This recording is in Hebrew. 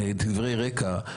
לבין שמירתן של חירויות האזרח מצד